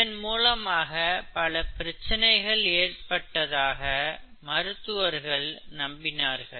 இதன் மூலமாக பல பிரச்சினைகள் ஏற்பட்டதாக மருத்துவர்கள் நம்பினார்கள்